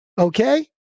okay